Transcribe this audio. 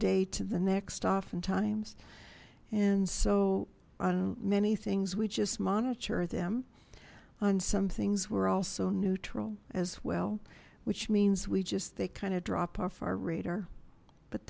day to the next oftentimes and so on many things we just monitor them on some things were also neutral as well which means we just they kind of drop off our radar but